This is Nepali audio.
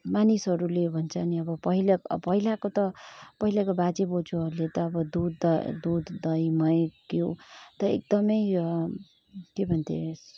मानिसहरूले भन्छ नि अब पहिला अब पहिलाको त पहिलाको बाजे बोज्यूहरले दुध द दुध दही मही के हो त एकदमै के भन्थे